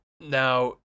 Now